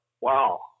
wow